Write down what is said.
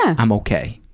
i'm okay.